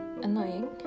annoying